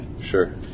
Sure